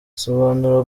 asobanura